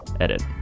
edit